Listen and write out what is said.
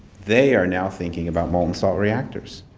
they are now thinking about molten-salt reactors.